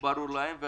ברור להם.